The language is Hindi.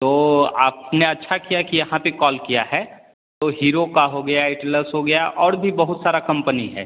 तो आपने अच्छा किया कि यहाँ पे कॉल किया है तो हीरो का हो गया एटलस हो गया और भी बहुत सारा कंपनी है